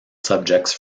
subjects